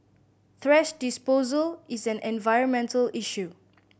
thrash disposal is an environmental issue